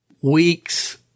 weeks